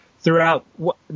throughout